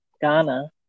Ghana